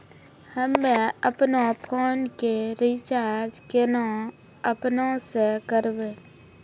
हम्मे आपनौ फोन के रीचार्ज केना आपनौ से करवै?